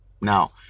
Now